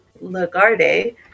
Lagarde